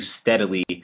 steadily